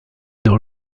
dans